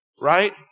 right